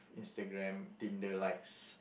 Instagram Tinder likes